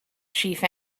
chief